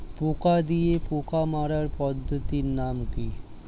পোকা দিয়ে পোকা মারার পদ্ধতির নাম কি?